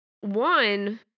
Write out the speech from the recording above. One